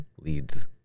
leads